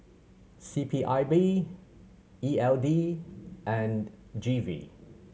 C P I B E L D and G V